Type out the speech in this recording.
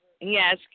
yes